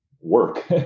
work